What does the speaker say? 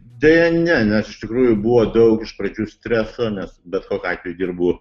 deja ne nes iš tikrųjų buvo daug iš pradžių streso nes bet kokiu atveju dirbu